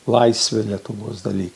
laisvę lietuvos daly